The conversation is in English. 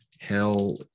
hell